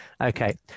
Okay